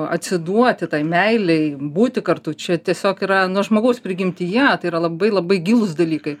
atsiduoti tai meilei būti kartu čia tiesiog yra nu žmogaus prigimtyje tai yra labai labai gilūs dalykai